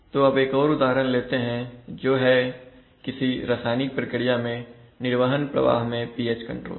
तो अब एक और उदाहरण लेते हैं जो है किसी रासायनिक प्रक्रिया के निर्वहन प्रवाह में pH कंट्रोल